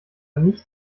nicht